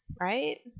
right